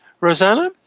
rosanna